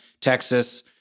Texas